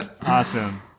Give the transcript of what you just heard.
Awesome